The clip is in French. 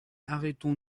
arrêtons